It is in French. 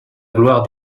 gloire